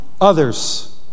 others